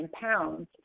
pounds